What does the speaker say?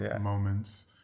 moments